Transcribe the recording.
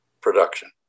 production